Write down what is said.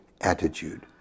attitude